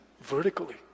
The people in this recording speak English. vertically